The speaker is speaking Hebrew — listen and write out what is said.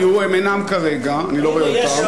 היו, הם אינם כרגע, אני לא רואה אותם.